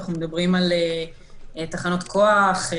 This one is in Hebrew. אנחנו מדברים על תחנות כוח,